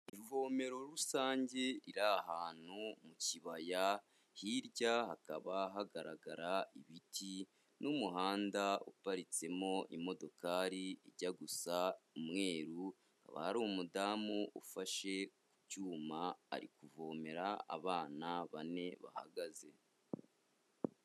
Ivomero rusange riri ahantu mu kibaya, hirya hakaba hagarara ibiti n'umuhanda uparitsemo imodokari ijya gusa umweru, hakaba hari umudamu ufashe ku cyuma ari kuvomera abana bane bahagaze.